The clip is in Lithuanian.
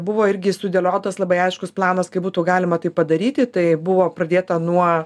buvo irgi sudėliotas labai aiškus planas kaip būtų galima tai padaryti tai buvo pradėta nuo